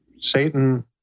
Satan